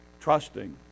Trusting